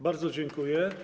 Bardzo dziękuję.